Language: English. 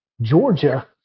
Georgia